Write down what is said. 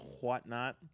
whatnot